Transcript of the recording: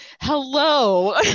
hello